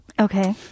Okay